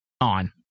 on